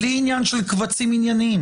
בלי עניין של קבצים עניינים